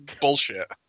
bullshit